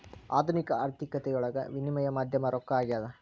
ಆಧುನಿಕ ಆರ್ಥಿಕತೆಯೊಳಗ ವಿನಿಮಯ ಮಾಧ್ಯಮ ರೊಕ್ಕ ಆಗ್ಯಾದ